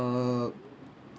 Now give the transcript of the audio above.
err